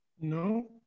No